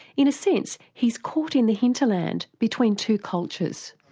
in a sense he's caught in the hinterland between two cultures.